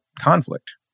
conflict